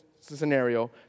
scenario